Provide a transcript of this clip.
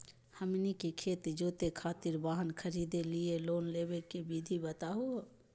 हमनी के खेत जोते खातीर वाहन खरीदे लिये लोन लेवे के विधि बताही हो?